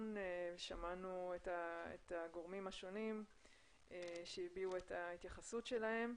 ושמענו את הגורמים השונים שהביעו את ההתייחסות שלהם.